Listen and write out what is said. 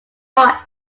hot